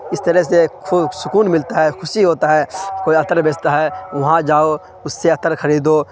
اس طرح سے خوب سکون ملتا ہے خوشی ہوتا ہے کوئی عطر بیچتا ہے وہاں جاؤ اس سے عطر خریدو